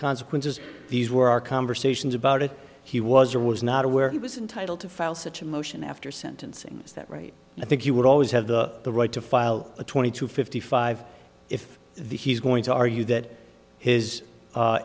consequences these were our conversations about it he was or was not aware he was entitle to file such a motion after sentencing is that right i think you would always have the the right to file a twenty to fifty five if the he's going to argue that his